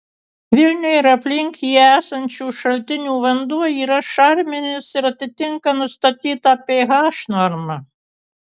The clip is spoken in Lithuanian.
vilniuje ir aplink jį esančių šaltinių vanduo yra šarminis ir atitinka nustatytą ph normą